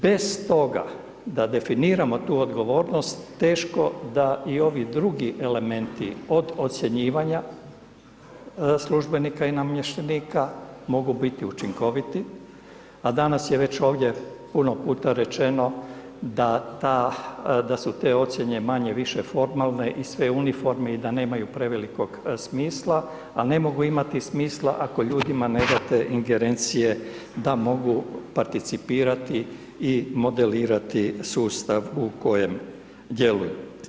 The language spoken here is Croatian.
Bez toga da definiramo tu odgovornost, teško da i ovi drugi elementi od ocjenjivanja službenika i namještenika mogu biti učinkoviti a danas je već ovdje puno puta rečeno da su te ocjene manje-više formalne i sve uniforme i da nemaju prevelikog smisla a ne mogu imati smisla ako ljudima ne date ingerencije da mogu participirati i modelirati sustav u kojem djeluje.